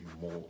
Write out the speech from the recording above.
more